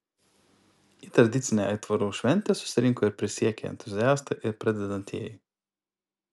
į tradicinę aitvarų šventę susirinko ir prisiekę entuziastai ir pradedantieji